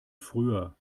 früher